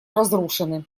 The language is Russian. разрушены